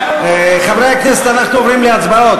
חברי הכנסת, אנחנו עוברים להצבעות.